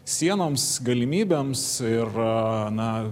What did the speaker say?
sienoms galimybėms ir na